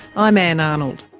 i'm ann arnold.